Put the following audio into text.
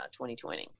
2020